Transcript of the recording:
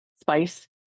spice